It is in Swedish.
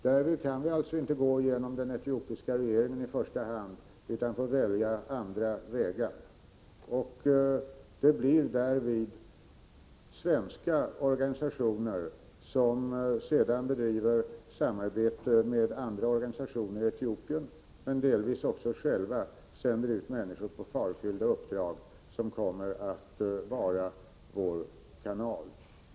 Därmed kan vi alltså inte gå genom den etiopiska regeringen i första hand utan får välja andra vägar. Det blir således svenska organisationer som får bedriva samarbete med andra organisationer. Men i viss mån sänder de också själva ut människor på farofyllda uppdrag, vilka kommer att vara vår kanal i detta sammanhang.